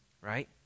right